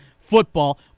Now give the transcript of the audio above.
football